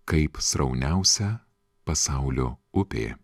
kaip srauniausia pasaulio upė